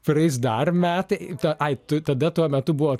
praeis dar metai ai tu tada tuo metu buvo